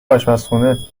آشپزخونه